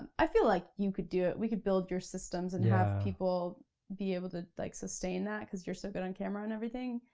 and i feel lik like you could do it. we could build your systems, and have people be able to like sustain that, cause you're so good on camera and everything.